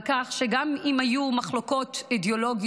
על כך שגם אם היו מחלוקות אידיאולוגיות,